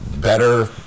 Better